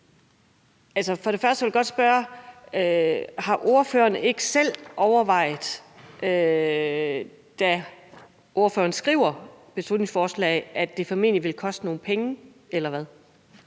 og fremmest vil jeg godt spørge, om ordføreren ikke selv har overvejet, da ordføreren skrev beslutningsforslaget, at det formentlig vil koste nogle penge. Kl. 18:05